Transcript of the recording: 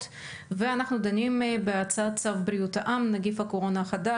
ואנחנו דנים בהצעת צו בריאות העם (נגיף הקורונה החדש)